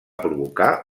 provocar